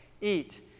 eat